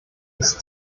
ist